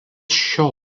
šio